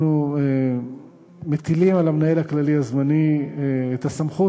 אנחנו מטילים על המנהל הכללי הזמני את הסמכות